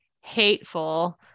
hateful